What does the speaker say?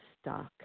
stuck